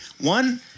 one